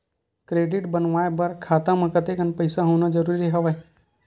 Credit बनवाय बर खाता म कतेकन पईसा होना जरूरी हवय?